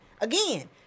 Again